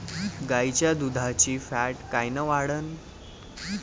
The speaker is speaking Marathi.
गाईच्या दुधाची फॅट कायन वाढन?